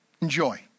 Enjoy